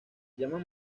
llaman